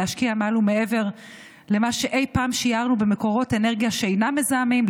להשקיע מעל ומעבר למה שאי פעם שיערנו במקורות אנרגיה שאינם מזהמים,